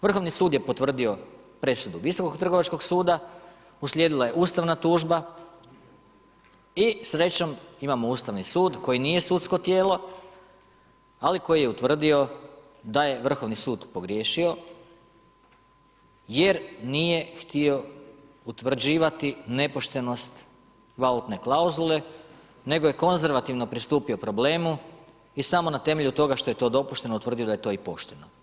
Vrhovni sud je potvrdio presudu visokog trgovačkog suda, uslijedila je ustavna tužba i srećom, imamo Ustavni sud koji nije sudsko tijelo, ali koji je utvrdio da je Vrhovni sud pogriješio jer nije htio utvrđivati nepoštenost valutne klauzule, nego je konzervativno pristupio problemu i samo na temelju toga što je to dopušteno utvrdio da je to i pošteno.